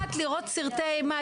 אני נמנעת לראות סרטי אימה.